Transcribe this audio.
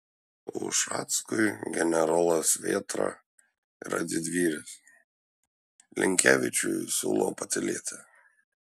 ušackui generolas vėtra yra didvyris linkevičiui siūlo patylėti